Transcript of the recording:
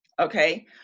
okay